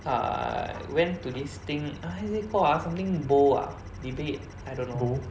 err went to this thing what is it for ah something bowl ah debate I don't know